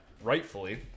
rightfully